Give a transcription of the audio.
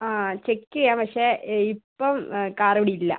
ആ ചെക്ക് ചെയ്യാം പക്ഷെ ഇപ്പം കാറിവിടെ ഇല്ല